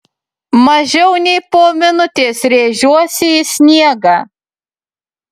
mažiau nei po minutės rėžiuosi į sniegą